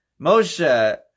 Moshe